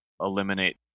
eliminate